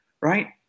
right